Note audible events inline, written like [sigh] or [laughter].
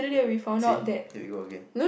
[breath] see here we go again